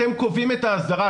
אתם קובעים את ההסדרה,